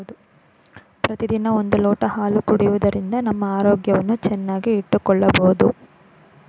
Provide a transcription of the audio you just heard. ಪ್ರತಿದಿನ ಒಂದು ಲೋಟ ಹಾಲು ಕುಡಿಯುವುದರಿಂದ ನಮ್ಮ ಆರೋಗ್ಯವನ್ನು ಚೆನ್ನಾಗಿ ಇಟ್ಟುಕೊಳ್ಳಬೋದು